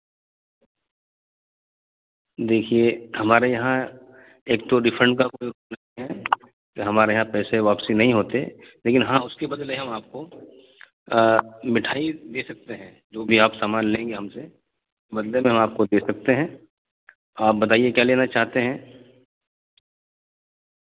دیکھیے ہمارے یہاں ایک تو ریفنڈ کا جو ہمارے یہاں پیسے واپسی نہیں ہوتے لیکن ہاں اس کے بدلے ہم آپ کو مٹھائی دے سکتے ہیں جو بھی آپ سامان لیں گے ہم سے بدلے میں ہم آپ کو دے سکتے ہیں آپ بتائیے کیا لینا چاہتے ہیں